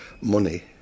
money